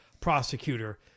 prosecutor